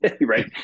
right